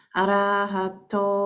arahato